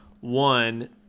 one